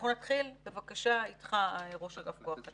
נתחיל, בבקשה, איתך ראש אגף כוח אדם,